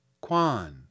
Kwan